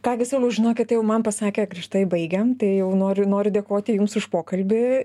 ką gi sauliau žinokit jau man pasakė griežtai baigiam tai jau noriu noriu dėkoti jums už pokalbį